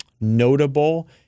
notable